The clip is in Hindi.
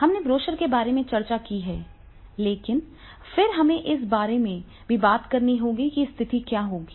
हमने ब्रोशर के बारे में चर्चा की है लेकिन फिर हमें इस बारे में भी बात करनी होगी कि स्थिति क्या होगी